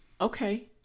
okay